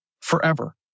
forever